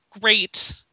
great